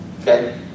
Okay